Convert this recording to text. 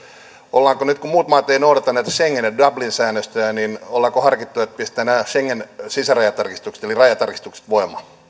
ollaanko nyt kun muut maat eivät noudata näitä schengen ja dublin säännöstöjä harkittu että pistetään nämä schengen sisärajatarkistukset eli rajatarkistukset voimaan